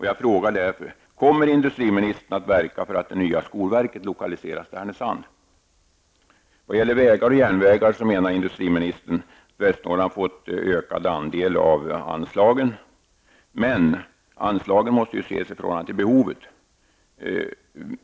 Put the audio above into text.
Jag frågar därför: Kommer industriministern att verka för att det nya skolverket lokaliseras till Härnösand? När det gäller vägar och järnvägar menar industriministern att Västernorrland har fått en ökad andel av anslagen. Men anslagen måste ju ses i förhållande till behovet.